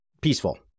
peaceful